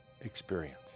experience